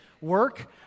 work